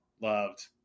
loved